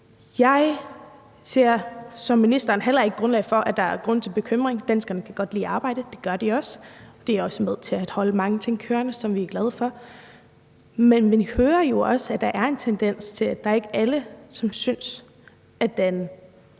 Jeg ser som ministeren heller ikke grundlag for bekymring. Danskerne kan godt lide at arbejde, og det gør de også, og det er også med til at holde mange ting kørende, som vi er glade for. Men vi hører jo også, at der er en tendens til, at det ikke er alle, som synes, at de